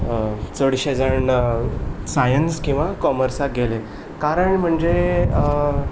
चडशे जाण सायन्स किंवां कॉमर्साक गेले कारण म्हणजे